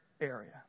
area